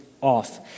off